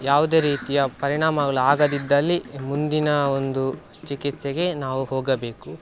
ಯಾವುದೇ ರೀತಿಯ ಪರಿಣಾಮಗಳು ಆಗದಿದ್ದಲ್ಲಿ ಮುಂದಿನ ಒಂದು ಚಿಕಿತ್ಸೆಗೆ ನಾವು ಹೋಗಬೇಕು